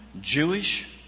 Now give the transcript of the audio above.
Jewish